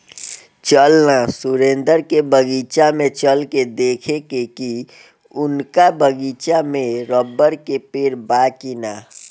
चल ना सुरेंद्र के बगीचा में चल के देखेके की उनका बगीचा में रबड़ के पेड़ बा की ना